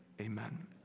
amen